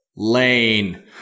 Lane